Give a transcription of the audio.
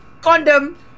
Condom